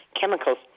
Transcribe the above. chemicals